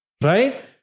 right